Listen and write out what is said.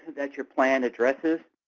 that your plan addresses